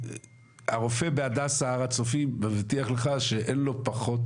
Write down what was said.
הרופא בהדסה הר הצופים מבטיח לך שאין לו פחות